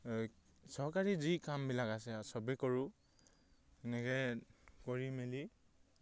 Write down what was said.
এই চৰকাৰী যি কামবিলাক আছে চবেই কৰোঁ এনেকৈ কৰি মেলি